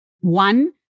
one